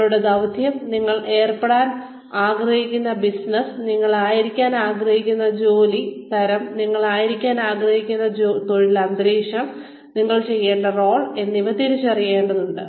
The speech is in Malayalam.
നിങ്ങളുടെ ദൌത്യം നിങ്ങൾ ഏർപ്പെടാൻ ആഗ്രഹിക്കുന്ന ബിസിനസ്സ് നിങ്ങൾ ആയിരിക്കാൻ ആഗ്രഹിക്കുന്ന ജോലി തരം നിങ്ങൾ ആയിരിക്കാൻ ആഗ്രഹിക്കുന്ന തൊഴിൽ അന്തരീക്ഷം നിങ്ങൾ ചെയ്യേണ്ട റോൾ എന്നിവ തിരിച്ചറിയേണ്ടതുണ്ട്